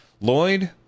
Lloyd